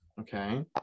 Okay